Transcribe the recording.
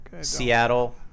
Seattle